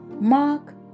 Mark